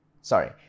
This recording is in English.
Sorry